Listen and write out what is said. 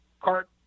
cart